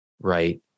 right